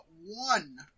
one